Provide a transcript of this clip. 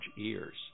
ears